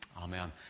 Amen